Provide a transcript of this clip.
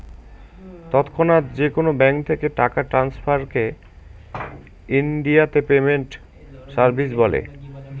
তৎক্ষণাৎ যেকোনো ব্যাঙ্ক থেকে টাকা ট্রান্সফারকে ইনডিয়াতে পেমেন্ট সার্ভিস বলে